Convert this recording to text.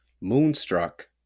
Moonstruck